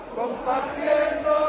compartiendo